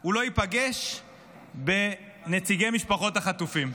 הוא לא יפגוש בנציגי משפחות החטופים.